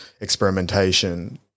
experimentation